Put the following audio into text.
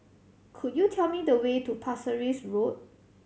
could you tell me the way to Pasir Ris Road